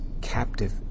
captive